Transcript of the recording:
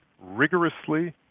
rigorously